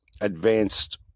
advanced